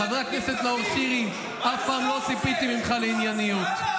בא וחגג על הדם.